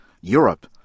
Europe